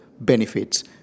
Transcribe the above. benefits